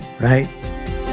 right